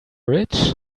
rich